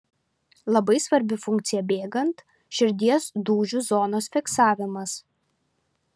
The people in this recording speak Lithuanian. labai svarbi funkcija bėgant širdies dūžių zonos fiksavimas